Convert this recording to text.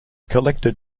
collected